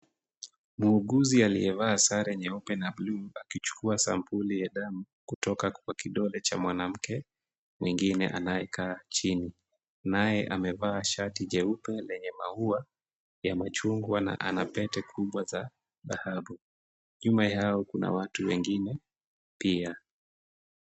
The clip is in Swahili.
Muuguzi aliyevaa sare nyeupe na buluu akichukua sampuli ya damu kutoka kwa kidole cha mwanamke mwingine anayekaa chini, naye amevaa shati jeupe lenye maua yenye chungwa na ana pete kubwa za dhahabu. Nyuma yao kuna watu wengi pia.